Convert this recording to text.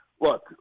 Look